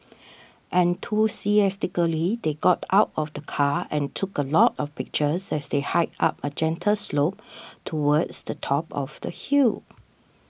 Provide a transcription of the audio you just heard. enthusiastically they got out of the car and took a lot of pictures as they hiked up a gentle slope towards the top of the hill